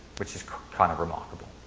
which is kind of remarkable.